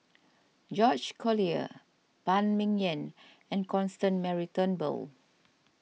George Collyer Phan Ming Yen and Constance Mary Turnbull